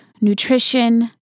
nutrition